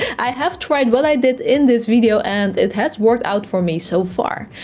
i have tried what i did in this video, and it has worked out for me so far.